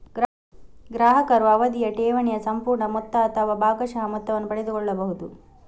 ಗ್ರಾಹಕರು ಅವಧಿಯ ಠೇವಣಿಯ ಸಂಪೂರ್ಣ ಮೊತ್ತ ಅಥವಾ ಭಾಗಶಃ ಮೊತ್ತವನ್ನು ಪಡೆದುಕೊಳ್ಳಬಹುದು